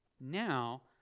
Now